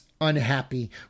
unhappy